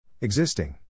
Existing